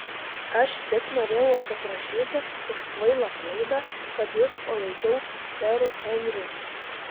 aš tik norėjau atsiprašyti už kvailą klaidą kad jus palaikiau seru henriu